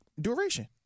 Duration